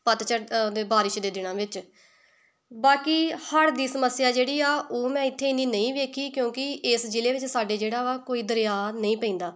ਪਤਝੜ ਦੇ ਬਾਰਿਸ਼ ਦੇ ਦਿਨਾਂ ਵਿੱਚ ਬਾਕੀ ਹੜ੍ਹ ਦੀ ਸਮੱਸਿਆ ਜਿਹੜੀ ਆ ਉਹ ਮੈਂ ਇੱਥੇ ਇੰਨੀ ਨਹੀਂ ਵੇਖੀ ਕਿਉਂਕਿ ਇਸ ਜ਼ਿਲ੍ਹੇ ਵਿੱਚ ਸਾਡੇ ਜਿਹੜਾ ਵਾ ਕੋਈ ਦਰਿਆ ਨਹੀਂ ਪੈਂਦਾ